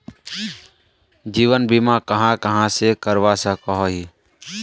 जीवन बीमा कहाँ कहाँ से करवा सकोहो ही?